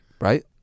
right